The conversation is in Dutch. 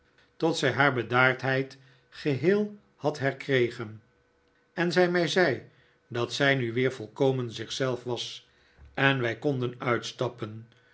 tot zij haar bedaardheid geheel had herkregen en zij mij zei dat zij nu weer volkomen zich zelf was en wij konden uitstappen